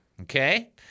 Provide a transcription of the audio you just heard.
Okay